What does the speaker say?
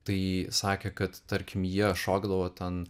tai sakė kad tarkim jie šokdavo ten